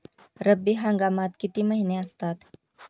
रब्बी हंगामात किती महिने असतात?